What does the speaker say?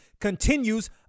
continues